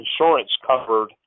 insurance-covered